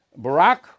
Barack